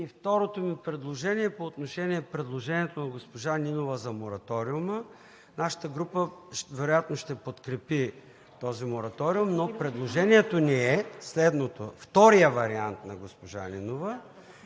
И второто ми предложение е по отношение предложението на госпожа Нинова за мораториума. Нашата група вероятно ще подкрепи този мораториум, но предложението ни е следното: втория вариант госпожа Нинова